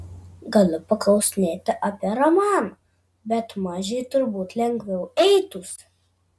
galiu paklausinėti apie romaną bet mažei turbūt lengviau eitųsi